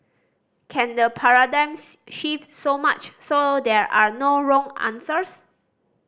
can the paradigm shift so much so there are no wrong answers